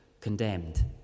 condemned